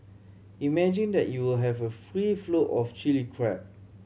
imagine that you'll have a free flow of Chilli Crab